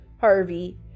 Harvey